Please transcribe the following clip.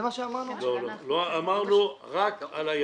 עד אז יעבדו לפי המתכונת הקיימת היום?